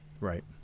Right